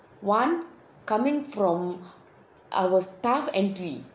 one come in from our staff entry